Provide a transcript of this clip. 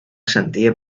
sentia